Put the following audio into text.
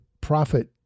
profit